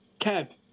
Kev